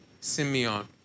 Simeon